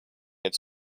its